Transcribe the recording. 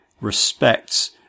respects